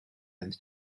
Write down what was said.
and